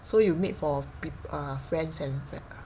so you made for pe~ uh friends and fa~ uh